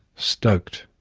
stoked,